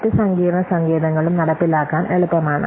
മറ്റ് സങ്കീർണ്ണ സങ്കേതങ്ങളും നടപ്പിലാക്കാൻ എളുപ്പമാണ്